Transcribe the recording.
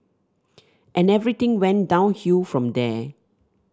and everything went downhill from there